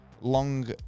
long